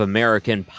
American